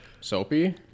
Soapy